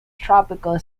tropical